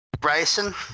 Bryson